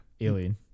Alien